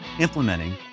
implementing